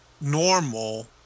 normal